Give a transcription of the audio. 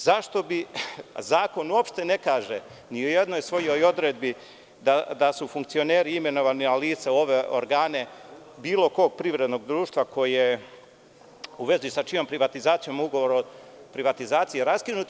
Zakon uopšte ne kaže, ni u jednoj svojoj odredbi, da su funkcioneri imenovana lica u ove organe, bilo kog privrednog društva, u vezi sa čijom privatizacijom je ugovor o privatizaciji raskinut.